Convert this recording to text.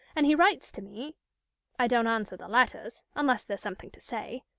and he writes to me i don't answer the letters, unless there's something to say.